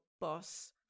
boss